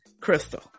Crystal